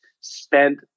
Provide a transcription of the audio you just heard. spent